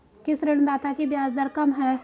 किस ऋणदाता की ब्याज दर कम है?